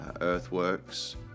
Earthworks